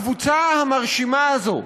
הקבוצה המרשימה הזאת,